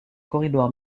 corridor